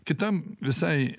kitam visai